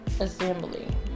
Assembly